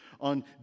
on